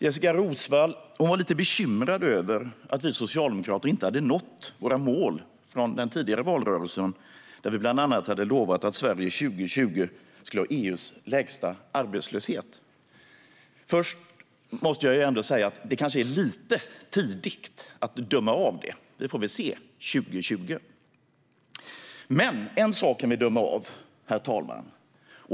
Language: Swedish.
Jessika Roswall var lite bekymrad över att vi socialdemokrater inte hade nått våra mål från den tidigare valrörelsen, där vi bland annat hade lovat att Sverige år 2020 skulle ha EU:s lägsta arbetslöshet. Först måste jag ändå säga att det kanske är lite tidigt att döma om det. Det får vi se 2020. Men en sak kan vi döma om, herr talman.